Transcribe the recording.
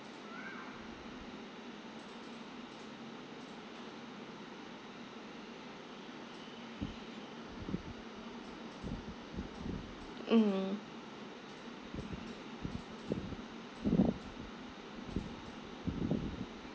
mm